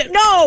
no